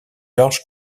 larges